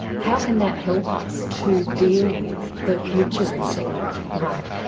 how can that help us to deal with the future in technology? right.